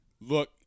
Look